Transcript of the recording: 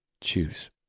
Choose